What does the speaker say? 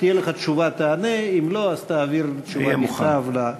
אם תהיה לך תשובה, תענה, אם לא, תעביר תשובה בכתב.